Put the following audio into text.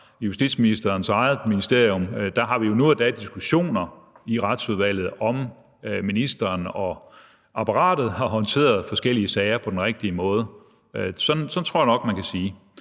justitsministerens eget ministerium har vi jo nu og da diskussioner i Retsudvalget, om ministeren og apparatet har håndteret forskellige sager på den rigtige måde; sådan tror jeg nok man kan sige.